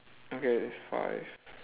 okay five